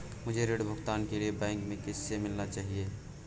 मुझे ऋण भुगतान के लिए बैंक में किससे मिलना चाहिए?